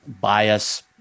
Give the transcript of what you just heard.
bias